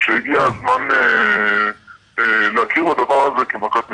שהגיע הזמן להכיר בדבר הזה כמכת מדינה.